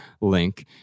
link